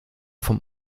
vom